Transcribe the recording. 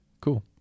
cool